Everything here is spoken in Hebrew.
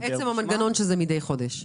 בשמם --- עצם המנגנון שזה מדי חודש.